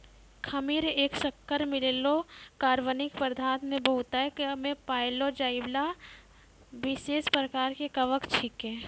खमीर एक शक्कर मिललो कार्बनिक पदार्थ मे बहुतायत मे पाएलो जाइबला विशेष प्रकार के कवक छिकै